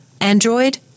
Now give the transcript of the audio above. Android